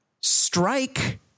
strike